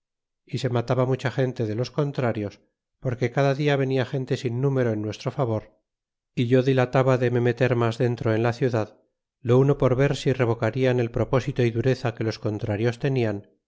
y se mataba mucha gente de los contrarios porque cada dia venia gente sin mulero en nuestro favor é yo dilataba de me met n r mas adentro en la ciudad lo uno por ver si revo carian el propósito y dureza que los contrarios teuian